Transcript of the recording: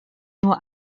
nur